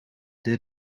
did